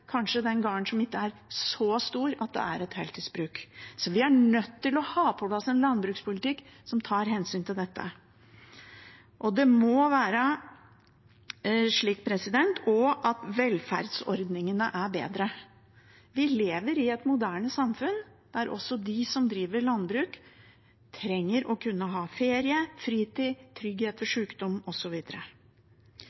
den gården som ikke er så stor at den er et heltidsbruk. Vi er nødt til å ha på plass en landbrukspolitikk som tar hensyn til dette. Det må også være bedre velferdsordninger. Vi lever i et moderne samfunn, der også de som driver landbruk, trenger å kunne ha ferie, fritid, trygghet ved